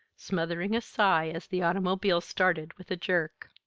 smothering a sigh as the automobile started with a jerk.